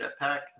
jetpack